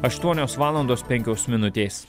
aštuonios valandos penkios minutės